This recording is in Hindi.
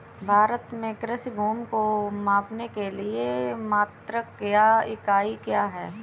भारत में कृषि भूमि को मापने के लिए मात्रक या इकाई क्या है?